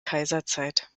kaiserzeit